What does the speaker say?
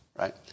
right